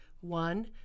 one